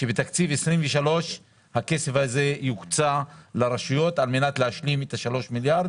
שבתקציב 2023 הכסף הזה יוקצה לרשויות על מנת להשלים את 3 מיליארד